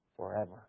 forever